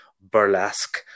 burlesque